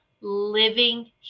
living